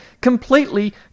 completely